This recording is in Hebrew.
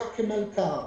אלא כמלכ"ר.